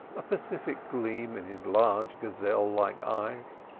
a pacific gleam in his large gazelle-like eyes.